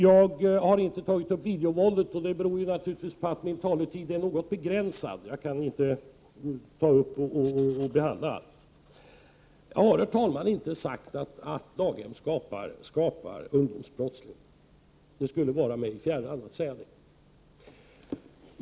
Jag har inte tagit upp videovåldet, och det beror naturligtvis på att min taletid är något begränsad — jag kan inte ta upp och behandla allt. Jag har inte sagt att daghem skapar ungdomsbrottslingar — det skulle vara mig fjärran att säga det.